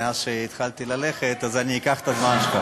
מה שילמתם לבית היהודי.